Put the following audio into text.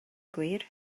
gwir